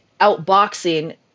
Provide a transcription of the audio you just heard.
outboxing